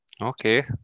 Okay